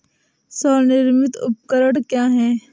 स्वनिर्मित उपकरण क्या है?